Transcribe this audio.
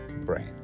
brain